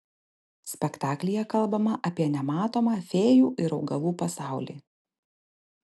spektaklyje kalbama apie nematomą fėjų ir augalų pasaulį